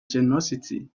generosity